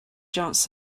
chance